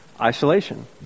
Isolation